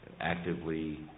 actively